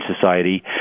society